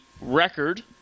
record